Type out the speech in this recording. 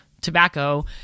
tobacco